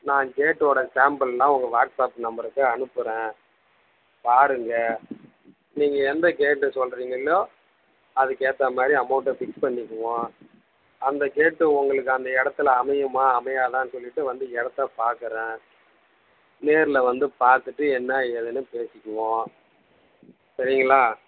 நான் கேட்டோடய சேம்பிள்லாம் உங்கள் வாட்ஸ்அப் நம்பருக்கு அனுப்புகிறேன் பாருங்கள் நீங்கள் எந்த கேட்டு சொல்லுறீங்களோ அதுக்கு ஏற்ற மாதிரி அமௌண்டை ஃபிக்ஸ் பண்ணிக்குவோம் அந்த கேட்டு உங்களுக்கு அந்த இடத்துல அமையுமா அமையாதானு சொல்லிட்டு வந்து இடத்தை பார்க்குறேன் நேரில் வந்து பார்த்துட்டு என்ன ஏதுன்னு பேசிக்குவோம் சரிங்களா